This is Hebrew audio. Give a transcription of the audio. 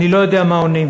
אני לא יודע מה עונים".